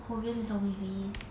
korean zombies